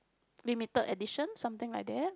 limited edition something like that